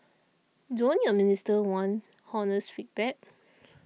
don't your ministers want honest feedback